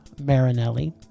marinelli